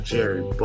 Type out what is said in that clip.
Jerry